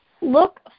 Look